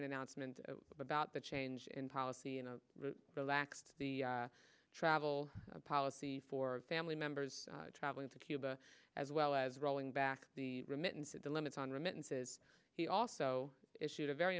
an announcement about the change in policy and relaxed the travel policy for family members traveling to cuba as well as rolling back the remittances the limits on remittances he also issued a very